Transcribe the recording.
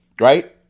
right